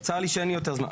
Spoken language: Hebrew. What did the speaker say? צר לי שאין לי יותר זמן,